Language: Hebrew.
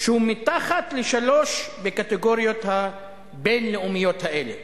שהוא מתחת לשלוש הקטגוריות הבין-לאומיות האלה.